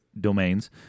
domains